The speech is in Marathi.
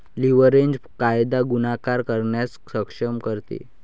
लीव्हरेज फायदा गुणाकार करण्यास सक्षम करते